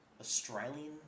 Australian